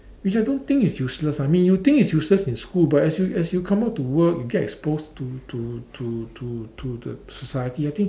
which I don't think is useless I mean you think it's useless in school but as you as you come out to work you get exposed to to to to to the society I think